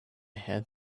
had